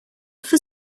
for